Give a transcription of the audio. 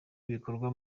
ibikorwa